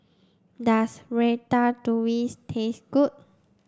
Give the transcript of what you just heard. does Ratatouille taste good